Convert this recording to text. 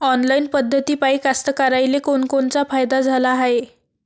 Online पद्धतीपायी कास्तकाराइले कोनकोनचा फायदा झाला हाये?